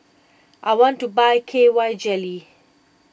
I want to buy K Y Jelly